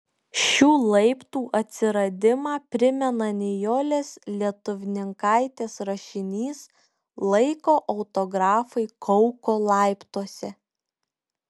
šių laiptų atsiradimą primena nijolės lietuvninkaitės rašinys laiko autografai kauko laiptuose